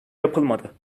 yapılmadı